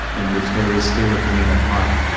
in which there is still a gleam of light.